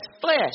flesh